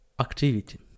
activity